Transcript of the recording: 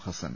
Hassan